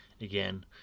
again